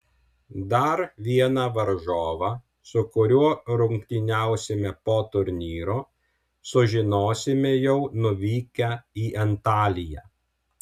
dar vieną varžovą su kuriuo rungtyniausime po turnyro sužinosime jau nuvykę į antaliją